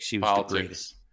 politics